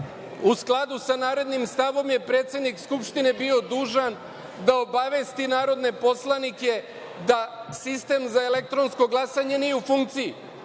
u skladu sa narednim stavom je predsednik Skupštine bio dužan da obavesti narodne poslanike da sistem za elektronsko glasanje nije u funkciji.